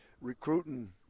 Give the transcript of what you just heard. recruiting